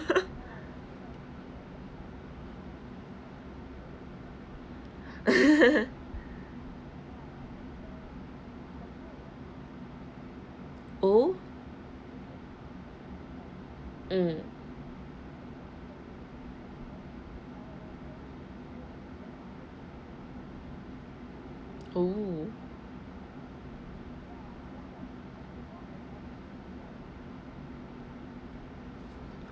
oh mm oh